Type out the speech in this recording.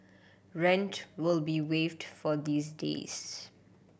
rent will be waived for these days